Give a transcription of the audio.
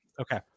Okay